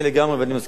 ואני מסכים אתך,